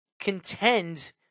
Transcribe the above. contend